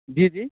جی جی